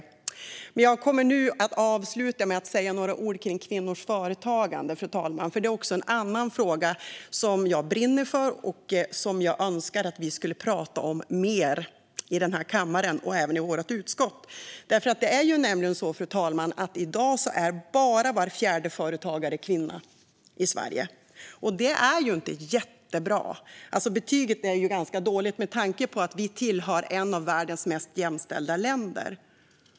Fru talman! Jag kommer att avsluta med att säga några ord om kvinnors företagande. Det är en annan fråga som jag brinner för och som jag önskar att vi kunde tala mer om i denna kammare och även i vårt utskott. Det är nämligen så, fru talman, att i dag är bara var fjärde företagare i Sverige kvinna. Det är inte jättebra. Betyget är ganska dåligt med tanke på att Sverige är ett av världens mest jämställda länder.